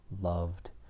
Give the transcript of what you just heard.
loved